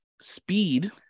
speed